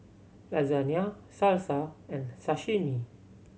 Lasagne Salsa and Sashimi